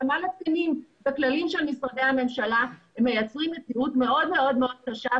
התאמה לתקנים ולכללים של משרדי הממשלה מייצרים מציאות מאוד קשה,